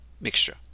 mixture